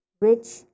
rich